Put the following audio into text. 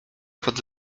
pod